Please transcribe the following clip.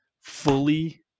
fully